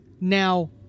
Now